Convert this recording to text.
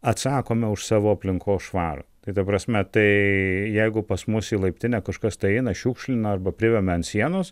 atsakome už savo aplinkos švarą tai ta prasme tai jeigu pas mus į laiptinę kažkas tai eina šiukšlina arba privemia ant sienos